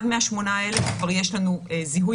אחד מהשמונה האלה כבר יש לנו זיהוי